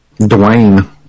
Dwayne